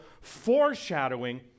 foreshadowing